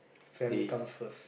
family comes first